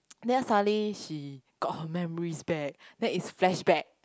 then suddenly she got her memories back then it's flashback